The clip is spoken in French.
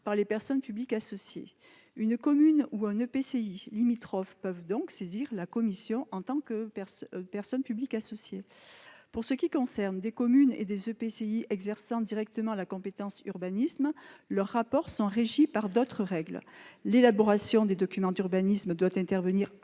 par les personnes publiques associées (PPA). Une commune ou un EPCI limitrophe peuvent donc saisir la commission en tant que PPA. Pour ce qui concerne les communes et les EPCI exerçant directement la compétence « urbanisme », leurs rapports sont régis par d'autres règles : l'élaboration des documents d'urbanisme doit intervenir